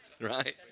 right